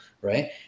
right